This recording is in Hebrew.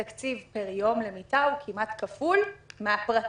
התקציב פר יום למיטה הוא כמעט כפול מהפרטי.